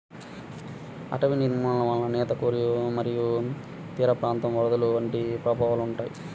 అటవీ నిర్మూలన వలన నేల కోత మరియు తీరప్రాంత వరదలు వంటి ప్రభావాలు ఉంటాయి